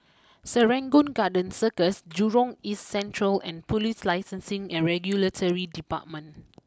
Serangoon Garden Circus Jurong East Central and police Licensing and Regulatory Department